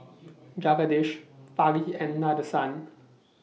Jagadish Fali and Nadesan